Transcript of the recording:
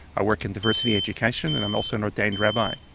i work in diversity education and i'm also an ordained rabbi.